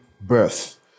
birth